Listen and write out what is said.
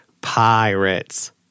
Pirates